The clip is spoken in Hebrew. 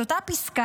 את אותה פסקה: